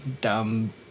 dumb